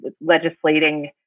legislating